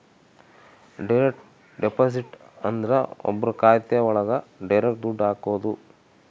direct deposit ಅಂದ್ರ ಒಬ್ರು ಖಾತೆ ಒಳಗ ಡೈರೆಕ್ಟ್ ದುಡ್ಡು ಹಾಕೋದು